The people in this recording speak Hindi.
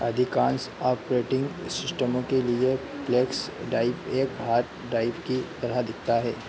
अधिकांश ऑपरेटिंग सिस्टमों के लिए फ्लैश ड्राइव एक हार्ड ड्राइव की तरह दिखता है